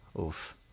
Oof